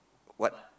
what